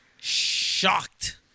shocked